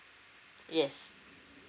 yes